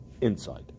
inside